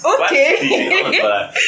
Okay